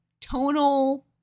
tonal